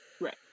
Right